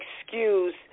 excuse